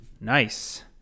Nice